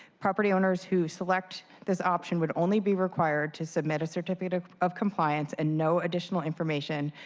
property owners who select this option would only be required to submit a certificate ah of compliance and no additional information,